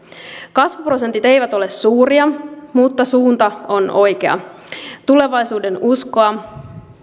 kasvuprosentit eivät ole suuria mutta suunta on oikea tulevaisuudenuskoa